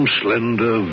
slender